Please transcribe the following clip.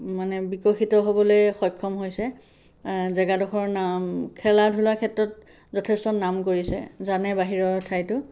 মানে বিকশিত হ'বলে সক্ষম হৈছে জেগাডোখৰ নাম খেলা ধূলা ক্ষেত্ৰত যথেষ্ট নাম কৰিছে জানে বাহিৰৰ ঠাইতো